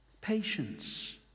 Patience